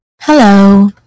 Hello